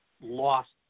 lost